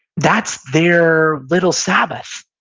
that's their little sabbath.